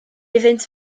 iddynt